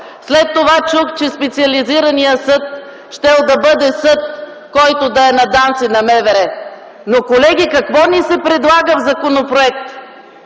След това чух, че Специализираният съд щял да бъде съд, който да е на ДАНС и на МВР. Но, колеги, какво ни се предлага в законопроекта?